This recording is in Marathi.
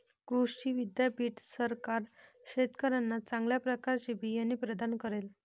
कृषी विद्यापीठ सरकार शेतकऱ्यांना चांगल्या प्रकारचे बिया प्रदान करेल